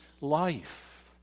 life